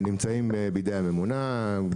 נמצאים בידי הממונה.